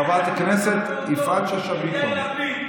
חברת הכנסת יפעת שאשא ביטון.